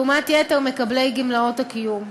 לעומת יתר מקבלי גמלאות הקיום,